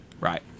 Right